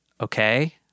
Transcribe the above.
okay